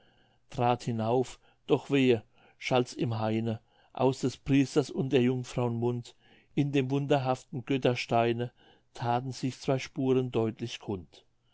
trat hinauf doch wehe schallt's im haine aus des priesters und der jungfrau'n mund in dem wunderhaften göttersteine thaten sich zwei spuren deutlich kund